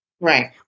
Right